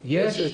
יש.